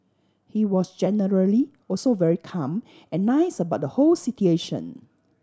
he was generally also very calm and nice about the whole situation